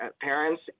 parents